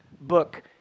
book